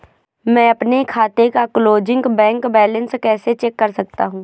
मैं अपने खाते का क्लोजिंग बैंक बैलेंस कैसे चेक कर सकता हूँ?